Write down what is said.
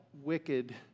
wicked